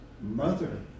mother